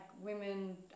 women